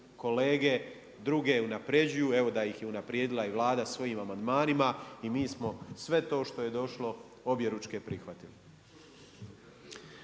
kolege druge unapređuju, evo da ih je unaprijedila Vlada svojim amandmanima i mi smo sve to što je došlo objeručke prihvatili.